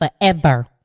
forever